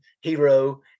hero